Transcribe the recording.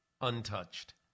untouched